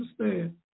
understand